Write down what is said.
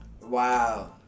Wow